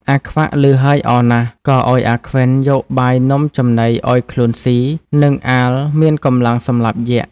អាខ្វាក់ លឺហើយអរណាស់ ក៏ឲ្យអាខ្វិនយលបាយនំចំណីឱ្យខ្លួនស៊ី នឹងអាលមានកំលាំងសម្លាប់យក្យ